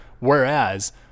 Whereas